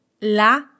la